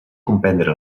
comprendre